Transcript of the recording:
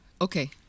Okay